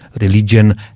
religion